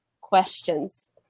questions